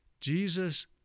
Jesus